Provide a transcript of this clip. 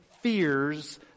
fears